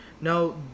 Now